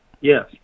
Yes